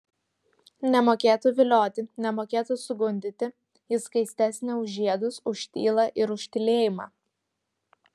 nemokėtų vilioti nemokėtų sugundyti ji skaistesnė už žiedus už tylą ir už tylėjimą